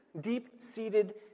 deep-seated